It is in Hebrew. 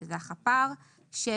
שזה החפ"ר - 7